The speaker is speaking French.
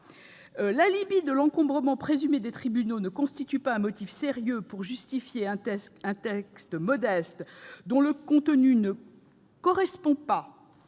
L'alibi de l'encombrement présumé des tribunaux ne constitue pas un motif sérieux pour justifier un texte modeste dont le contenu ne correspond pas